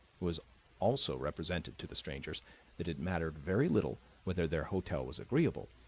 was also represented to the strangers that it mattered very little whether their hotel was agreeable,